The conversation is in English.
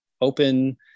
open